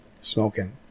Smoking